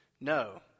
No